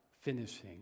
finishing